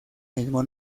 mismo